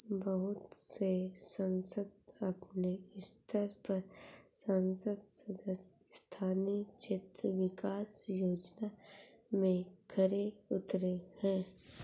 बहुत से संसद अपने स्तर पर संसद सदस्य स्थानीय क्षेत्र विकास योजना में खरे उतरे हैं